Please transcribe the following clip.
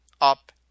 up